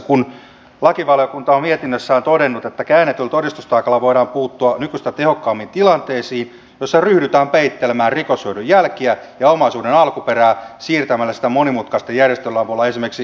kuten lakivaliokunta on mietinnössään todennut käännetyllä todistustaakalla voidaan puuttua nykyistä tehokkaammin tilanteisiin joissa ryhdytään peittelemään rikoshyödyn jälkiä ja omaisuuden alkuperää siirtämällä sitä monimutkaisten järjestelyjen avulla esimerkiksi veroparatiiseihin